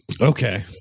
Okay